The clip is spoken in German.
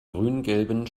grüngelben